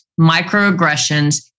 microaggressions